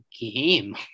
game